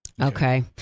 Okay